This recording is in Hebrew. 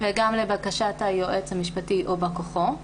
וגם "לבקשת היועץ המשפטי או בא כוחו",